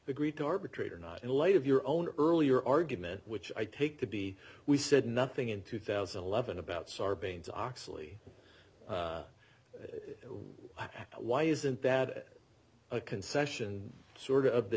agreed to arbitrate or not in light of your own earlier argument which i take to be we said nothing in two thousand and eleven about sarbanes oxley why isn't that a concession sort of the